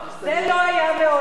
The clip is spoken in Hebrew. זה לא היה מעולם.